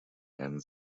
and